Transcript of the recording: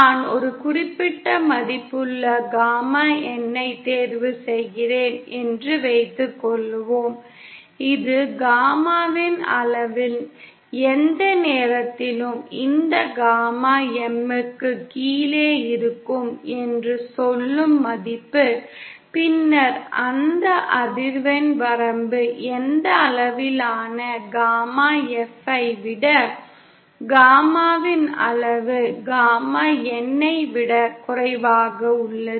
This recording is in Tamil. நான் ஒரு குறிப்பிட்ட மதிப்புள்ள காமா N ஐத் தேர்வுசெய்கிறேன் என்று வைத்துக்கொள்வோம் இது காமாவின் அளவின் எந்த நேரத்திலும் இந்த காமா M க்குக் கீழே இருக்கும் என்று சொல்லும் மதிப்பு பின்னர் அந்த அதிர்வெண் வரம்பு எந்த அளவிலான காமா F ஐ விட காமாவின் அளவு காமா N ஐ விட குறைவாக உள்ளது